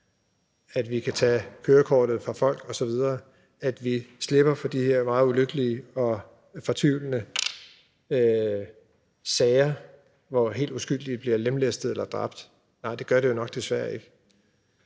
at vi kan tage kørekortet fra folk osv. – at vi slipper for de her meget ulykkelige og fortvivlende sager, hvor helt uskyldige bliver lemlæstede eller dræbt? Nej, det gør det jo nok desværre ikke.